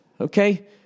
okay